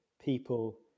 people